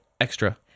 extra